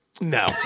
No